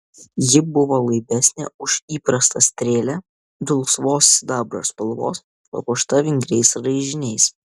ji buvo laibesnė už įprastą strėlę dulsvos sidabro spalvos papuošta vingriais raižiniais